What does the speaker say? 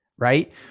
right